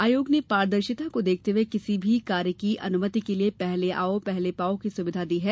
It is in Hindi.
आयोग ने पारदर्शिता को देखते हुए किसी भी कार्य की अनुमति के लिये पहले आओ पहले पाओ की सुविधा दी है